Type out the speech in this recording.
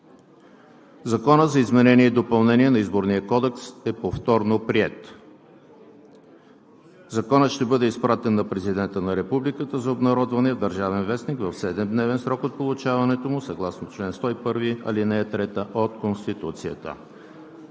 Законът за изменение и допълнение на Изборния кодекс е повторно приет. Законът ще бъде изпратен на Президента на Републиката за обнародване в „Държавен вестник“ в седемдневен срок от получаването му съгласно чл. 101, ал. 3 от Конституцията.